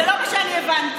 לא הבנתי.